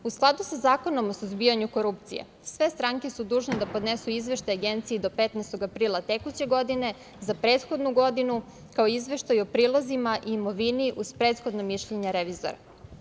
U skladu sa Zakonom o suzbijanju korupcije sve stranke su dužne da podnesu izveštaj Agenciji do 15. aprila tekuće godine za prethodnu godinu, kao i izveštaj o prilozima i imovini uz prethodno mišljenje revizora.